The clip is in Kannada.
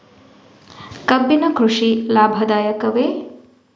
ಕಬ್ಬಿನ ಕೃಷಿ ಲಾಭದಾಯಕವೇ?